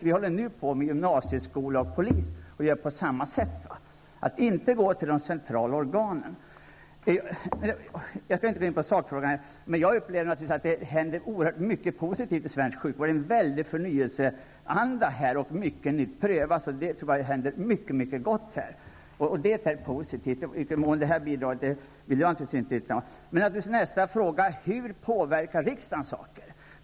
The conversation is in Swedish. Vi håller nu på med gymnasieskolan och polisverksamheten och går till väga på samma sätt, utan att vända oss till de centrala organen. Jag skall inte gå in på sakfrågorna, men vill säga att jag upplever att det händer oerhört mycket positivt inom svensk sjukvård. Det råder en stark förnyelseanda, och mycket nytt prövas. Det händer många bra saker, och det är positivt. I vilken mån vi bidragit till detta vill jag inte uttala mig om. Nästa fråga är: Hur påverkar riksdagen förhållandena?